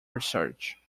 research